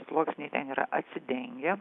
sluoksniai ten yra atsidengę